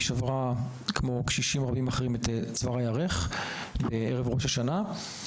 שברה כמו קשישים רבים אחרים את צוואר הירך בערב ראש השנה.